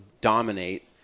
dominate